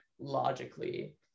logically